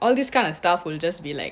all this kind of stuff will just be like